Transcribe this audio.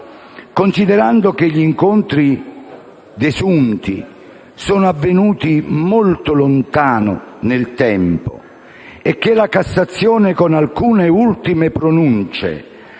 considerando che gli incontri desunti sono avvenuti molto lontano nel tempo e che la Cassazione, con alcune ultime pronunce,